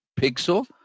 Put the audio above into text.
pixel